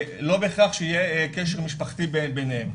ולא בהכרח שיהיה קשר משפחתי ביניהם.